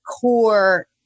core